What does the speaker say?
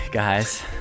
Guys